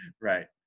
Right